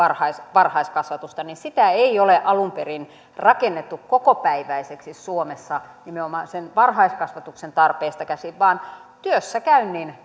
varhaiskasvatusta niin sitä ei ole alun perin rakennettu kokopäiväiseksi suomessa nimenomaan sen varhaiskasvatuksen tarpeesta käsin vaan työssäkäynnin